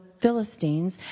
philistines